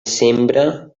sembra